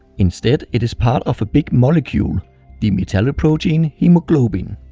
instead it is part of a big molecule the metalloprotein hemoglobin.